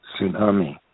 tsunami